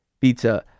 pizza